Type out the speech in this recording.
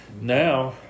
now